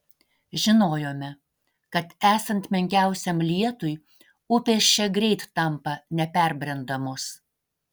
žinojome kad esant menkiausiam lietui upės čia greit tampa neperbrendamos